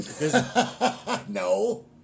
No